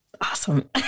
awesome